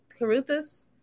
Caruthas